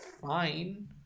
fine